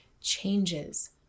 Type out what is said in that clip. changes